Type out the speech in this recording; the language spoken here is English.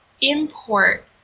import